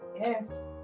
Yes